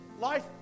Life